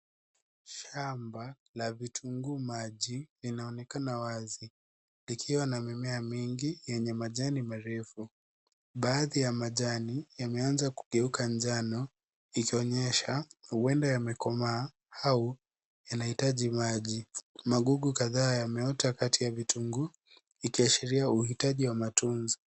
Shamba la vitunguu maji, vinaonekana wazi vikiwa na mimea mingi yenye majani marefu. Baadhi ya majani yameanza kugeuka njano ikionyesha huenda yamekomaa au yanahitaji maji. Magugu kadhaa yameota kati ya vitunguu ikiashiria uhitaji wa matunzo.